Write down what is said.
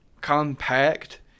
compact